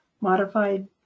modified